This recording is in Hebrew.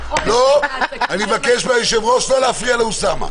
אני מבקש מהיושב-ראש לא להפריע לאוסאמה...